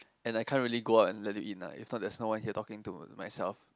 and I can't really go out and let it in ah if not there is no one here talking to myself